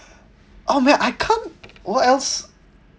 oh man I can't what else